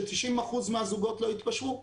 ש-90% מהזוגות לא יתפשרו.